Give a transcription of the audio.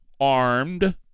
armed